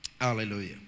Hallelujah